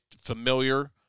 familiar